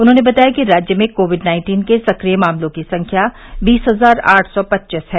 उन्होंने बताया कि राज्य में कोविड नाइन्टीन के सशिक्र य मामलों की संख्या बीस हजार आठ सौ पच्चीस है